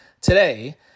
today